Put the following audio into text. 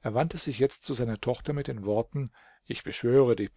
er wandte sich jetzt zu seiner tochter mit den worten ich beschwöre dich